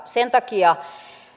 sen takia